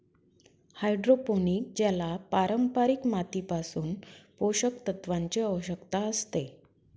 hydroponic ज्याला पारंपारिक मातीपासून पोषक तत्वांची आवश्यकता असते